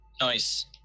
Nice